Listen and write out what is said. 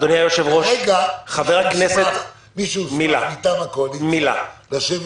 כרגע מי שהוסמך מטעם הקואליציה לשבת